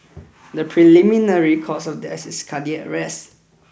the preliminary cause of death is cardiac arrest